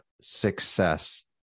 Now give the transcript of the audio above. success